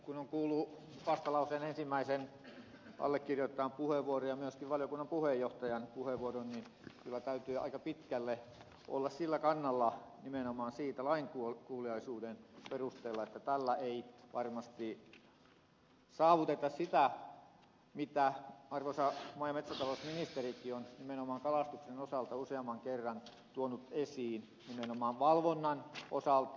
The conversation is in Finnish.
kun on kuullut vastalauseen ensimmäisen allekirjoittajan puheenvuoron ja myöskin valiokunnan puheenjohtajan puheenvuoron niin kyllä täytyy aika pitkälle olla sillä kannalla nimenomaan lainkuuliaisuuden perusteella että tällä ei varmasti saavuteta sitä mitä arvoisa maa ja metsätalousministerikin on nimenomaan kalastuksen osalta useamman kerran tuonut esiin nimenomaan valvonnan osalta